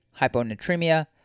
hyponatremia